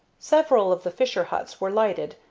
several of the fisher-huts were lighted,